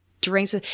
drinks